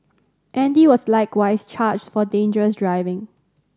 Andy was likewise charged for dangerous driving